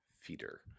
feeder